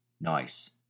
Nice